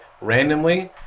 randomly